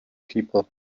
people